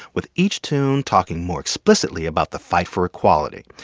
with each tune talking more explicitly about the fight for equality.